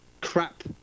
crap